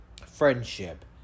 friendship